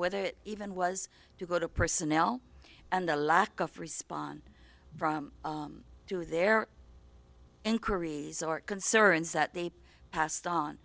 whether it even was to go to personnel and the lack of response from to their inquiries or concerns that they passed on